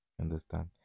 understand